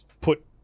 put